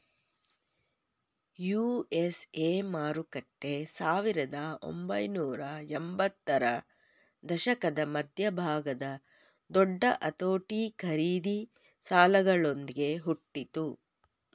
USA ಮಾರುಕಟ್ಟೆ ಸಾವಿರದ ಒಂಬೈನೂರ ಎಂಬತ್ತರ ದಶಕದ ಮಧ್ಯಭಾಗದ ದೊಡ್ಡ ಅತೋಟಿ ಖರೀದಿ ಸಾಲಗಳೊಂದ್ಗೆ ಹುಟ್ಟಿತು